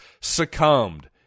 succumbed